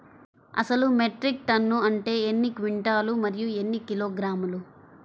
అసలు metric ton అంటే ఎన్ని క్వింటాలు మరియు ఎన్ని కిలోగ్రాములు?